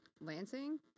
Lansing